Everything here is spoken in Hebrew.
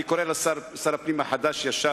אני קורא לשר הפנים החדש-ישן,